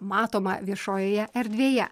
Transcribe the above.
matoma viešojoje erdvėje